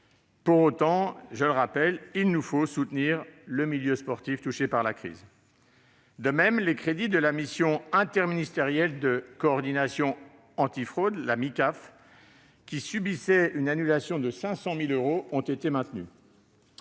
Pour autant, il nous faut soutenir le milieu sportif touché par la crise. De même, les crédits de la mission interministérielle de coordination anti-fraude (Micaf), qui subissait une annulation de 500 000 euros, ont été maintenus.